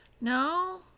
No